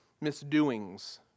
misdoings